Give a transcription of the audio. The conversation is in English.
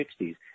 1960s